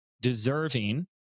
deserving